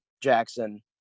Jackson